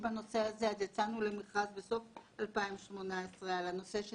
בנושא הזה אז יצאנו למכרז בסוף 2018 על הנושא של